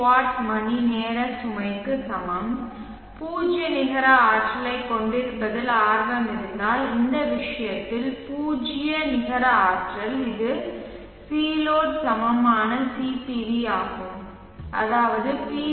what மணிநேர சுமைக்கு சமம் பூஜ்ஜிய நிகர ஆற்றலைக் கொண்டிருப்பதில் ஆர்வம் இருந்தால் இந்த விஷயத்தில் பூஜ்ஜிய நிகர ஆற்றல் இதில் Cload சமமான CPV ஆகும் அதாவது பி